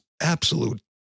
absolute